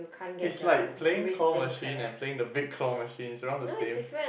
is like playing claw machine and playing the big claw machine is around the same